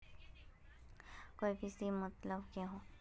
KYC के मतलब केहू?